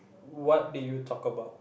what do you talk about